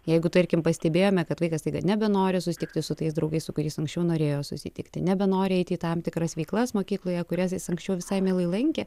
jeigu tarkim pastebėjome kad vaikas staiga nebenori susitikti su tais draugais su kuriais anksčiau norėjo susitikti nebenori eiti į tam tikras veiklas mokykloje kurias jis anksčiau visai mielai lankė